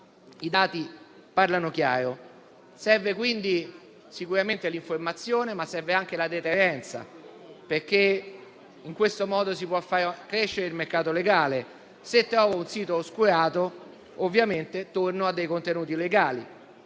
i dati parlano chiaro. Serve quindi sicuramente l'informazione, ma anche la deterrenza, perché in questo modo si può far crescere il mercato legale: se trovo un sito oscurato torno a dei contenuti legali.